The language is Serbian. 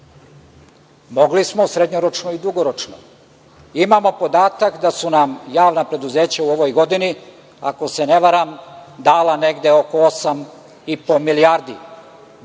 Mogli smo, srednjoročno i dugoročno. Imamo podatak da su nam javna preduzeća u ovoj godini, ako se ne varam, dala negde oko 8,5 milijardi